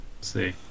see